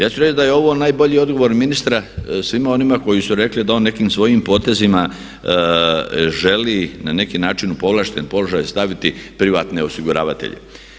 Ja ću reći da je ovo najbolji odgovor ministra svima onima koji su rekli da on nekim svojim potezima želi na neki način u povlašten položaj staviti privatne osiguravatelje.